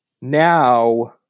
now